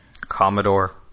Commodore